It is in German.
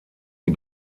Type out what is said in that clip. die